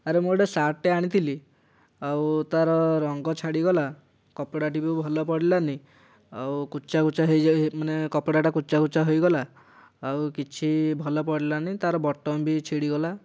ଆରେ ମୁଁ ଗୋଟିଏ ସାର୍ଟଟେ ଆଣିଥିଲି ଆଉ ତା'ର ରଙ୍ଗ ଛାଡ଼ିଗଲା କପଡ଼ାଟି ବି ଭଲ ପଡ଼ିଲାନି ଆଉ କୋଚା କୋଚା ହୋଇଯାଇ ମାନେ କପଡ଼ାଟା କୋଚା କୋଚା ହୋଇଗଲା ଆଉ କିଛି ଭଲ ପଡ଼ିଲାନି ତା'ର ବଟମ୍ ବି ଛିଡ଼ିଗଲା